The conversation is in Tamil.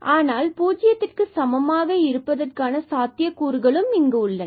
ஆனால் பூஜ்ஜித்திற்கு சமமாக இருப்பதற்கான சாத்தியக் கூறுகளும் இங்கு உள்ளது